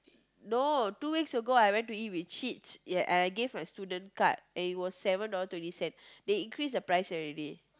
no two weeks ago I went to eat with I give my student card and it was seven dollar twenty cent they increase the price already